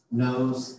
knows